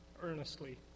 earnestly